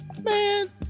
Man